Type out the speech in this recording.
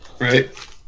right